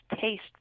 taste